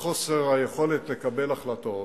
וחוסר היכולת לקבל החלטות,